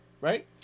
right